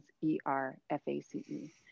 E-R-F-A-C-E